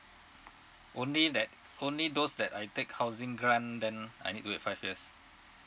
only that only those that I take housing grant then I need to wait five years